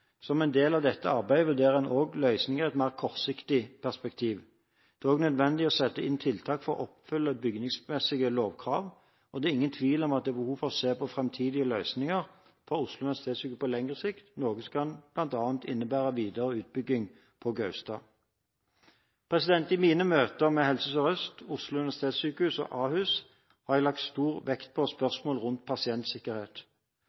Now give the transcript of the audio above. Som en del av dette arbeidet vurderer en også løsninger i et mer kortsiktig perspektiv. Det er også nødvendig å sette inn tiltak for å oppfylle bygningsmessige lovkrav. Det er ingen tvil om at det er behov for å se på framtidige løsninger for Oslo universitetssykehus på lengre sikt, noe som bl.a. kan innebære videre utbygging på Gaustad. I mine møter med Helse Sør-Øst, Oslo universitetssykehus og Ahus har jeg lagt stor vekt på